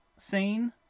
Scene